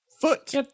foot